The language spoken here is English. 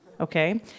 Okay